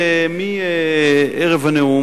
מערב הנאום,